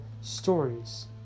stories